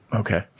okay